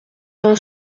vingt